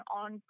on